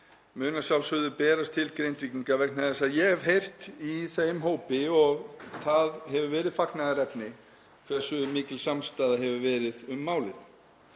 muni berast til Grindvíkinga. Ég hef heyrt í þeim hópi og það hefur verið fagnaðarefni hversu mikil samstaða hefur verið um málið.